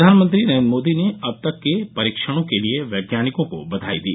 प्रधानमंत्री नरेन्द्र मोदी ने अब तक के परीक्षणों के लिए वैज्ञानिकों को बधाई दी